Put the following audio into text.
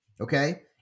Okay